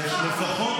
נאור,